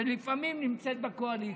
שלפעמים נמצאת בקואליציה.